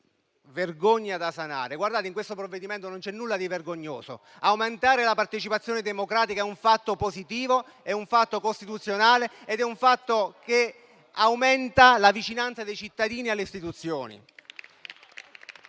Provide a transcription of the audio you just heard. di una vergogna da sanare. In questo provvedimento non c'è nulla di vergognoso: aumentare la partecipazione democratica è un fatto positivo, è un fatto costituzionale, è un fatto che aumenta la vicinanza dei cittadini alle istituzioni.